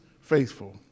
faithful